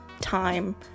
time